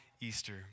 Easter